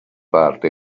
parte